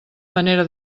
manera